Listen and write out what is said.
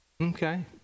Okay